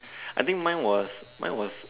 I think mine was mine was